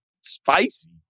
spicy